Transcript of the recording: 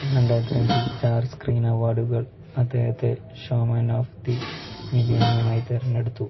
രണ്ടായിരത്തി രണ്ടിൽ star screen അവാർഡുകൾ അദ്ദേഹത്തെ ഷോമാൻ ഓഫ് ദ മില്ലേനിയം ആയി തെരഞ്ഞെടുത്തു